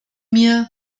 mir